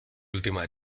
última